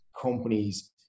companies